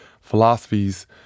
philosophies